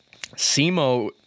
SEMO